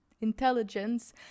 intelligence